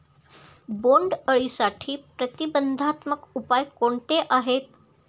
बोंडअळीसाठी प्रतिबंधात्मक उपाय कोणते आहेत?